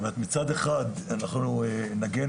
מצד אחד אנחנו נגן,